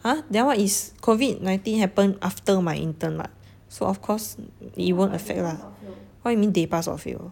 !huh! that [one] is COVID nineteen happen after my intern [what] so of course it won't affect lah what you mean they pass or fail